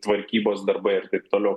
tvarkybos darbai ir taip toliau